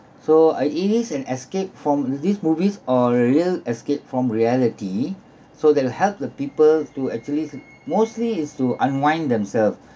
so uh it is an escape from these movies or real escape from reality so that'll help the people to actually s~ mostly is to unwind themselves